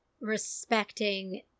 respecting